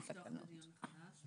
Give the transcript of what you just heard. התשפ"ב-2022.